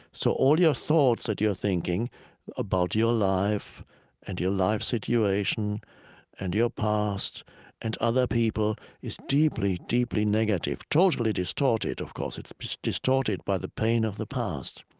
so all your thoughts that you're thinking about your life and your life situation and your past and other people is deeply, deeply negative. totally distorted, of course. it's distorted by the pain of the past.